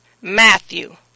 Matthew